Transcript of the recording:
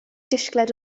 disgled